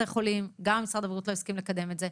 חולים משרד הבריאות לא הסכים לקדם גם את זה.